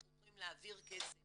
אנחנו יכולים להעביר כסף